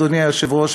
אדוני היושב-ראש,